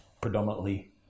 predominantly